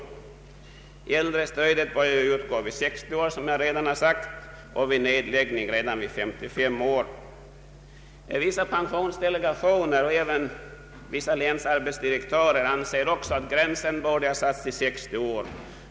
Det äldre stödet börjar som jag redan sagt utgå vid 60 års ålder eller vid företagsnedläggning redan vid 55 år. Vissa pensionsdelegationer liksom också vissa länsarbetsdirektörer anser att gränsen borde ha dragits vid 60 år.